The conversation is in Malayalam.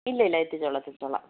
ഇല്ല ഇല്ല എത്തിച്ചോളാം എത്തിച്ചോളാം